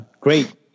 great